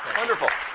wonderful.